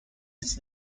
its